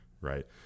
Right